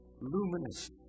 luminous